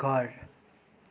घर